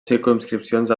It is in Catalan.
circumscripcions